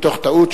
מתוך טעות,